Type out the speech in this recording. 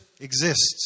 exists